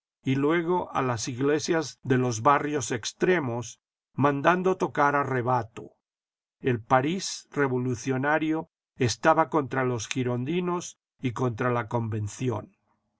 y luego a las iglesias de los barrios extremos mandando tocar a rebato el parís revolucionario estaba contra los girondinos y contra la convención